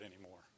anymore